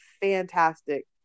fantastic